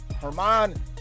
Herman